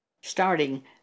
Starting